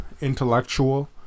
intellectual